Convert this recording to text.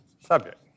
subject